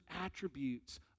attributes